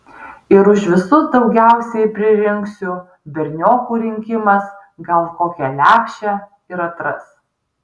ir už visus daugiausiai pririnksiu berniokų rinkimas gal kokią lepšę ir atras